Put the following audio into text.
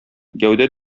гәүдә